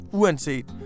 uanset